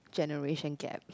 generation gap